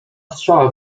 strzała